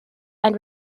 and